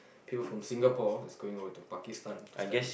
came from Singapore is going over to Pakistan to study